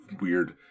weird